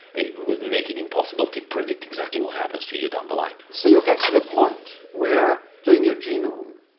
it will make it impossible to predict exactly what happens to you down the line. so you'll get to the point where doing your genome,